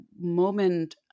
moment